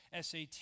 SAT